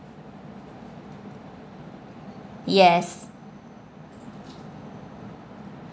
yes